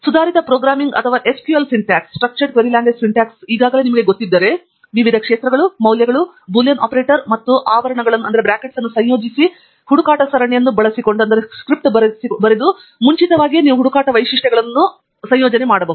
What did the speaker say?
ನೀವು ಸುಧಾರಿತ ಪ್ರೋಗ್ರಾಮಿಂಗ್ ಅಥವಾ SQL ಸಿಂಟ್ಯಾಕ್ಸನ್ನು ಈಗಾಗಲೇ ತಿಳಿದಿದ್ದರೆ ವಿವಿಧ ಕ್ಷೇತ್ರಗಳು ಮೌಲ್ಯಗಳು ಬೂಲಿಯನ್ ಆಪರೇಟರ್ಗಳು ಮತ್ತು ಆವರಣಗಳನ್ನು ಸಂಯೋಜಿಸುವ ಹುಡುಕಾಟ ಸರಣಿಯನ್ನು ಬಳಸಿಕೊಂಡು ನೀವು ಮುಂಚಿತವಾಗಿ ಹುಡುಕಾಟ ವೈಶಿಷ್ಟ್ಯಗಳನ್ನು ಸಹ ಮಾಡಬಹುದು